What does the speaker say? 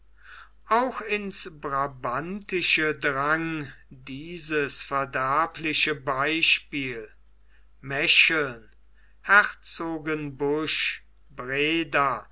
auch ins brabantische drang dieses verderbliche beispiel mecheln herzogenbusch